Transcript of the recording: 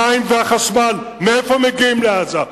המים והחשמל, מאיפה מגיעים לעזה?